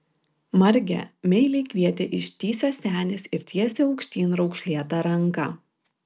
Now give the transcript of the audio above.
marge meiliai kvietė ištįsęs senis ir tiesė aukštyn raukšlėtą ranką